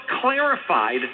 clarified